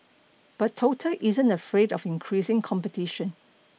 but Total isn't afraid of increasing competition